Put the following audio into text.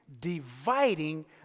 dividing